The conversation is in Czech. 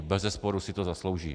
Bezesporu si to zaslouží.